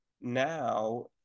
Now